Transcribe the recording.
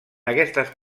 aquestes